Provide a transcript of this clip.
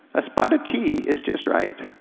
a spot of tea is just right.